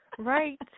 Right